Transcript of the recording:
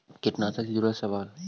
कीटनाशक से जुड़ल सवाल?